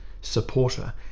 supporter